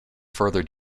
further